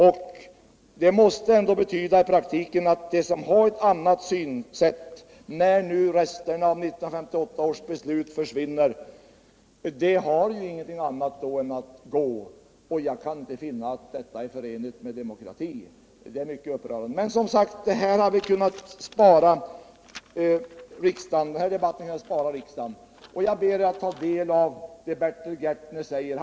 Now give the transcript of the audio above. Och det måste ändå i praktiken betyda att de som har annat synsätt — när nu bestämmelserna enligt 1958 års beslut försvinner — har ju ingenting annat att göra än att gå. Jag kan inte finna att detta är förenligt med demokrati. Det är mycket upprörande. Men den här debatten hade vi som sagt kunnat bespara riksdagen. Jag ber ledamöterna ta del av det som Bertil Gärtner säger.